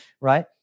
right